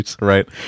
Right